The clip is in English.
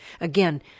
Again